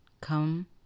come